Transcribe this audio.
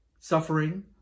Suffering